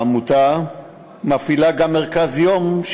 העמותה מפעילה גם מרכז-יום,